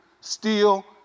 Steel